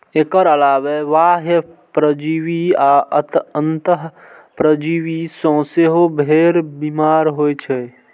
एकर अलावे बाह्य परजीवी आ अंतः परजीवी सं सेहो भेड़ बीमार होइ छै